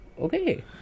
Okay